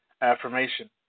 affirmation